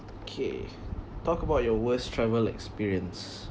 okay talk about your worst travel experience